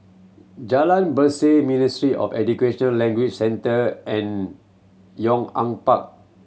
Jalan Berseh Ministry of Education Language Centre and Yong An Park